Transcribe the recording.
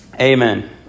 Amen